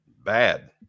bad